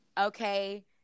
Okay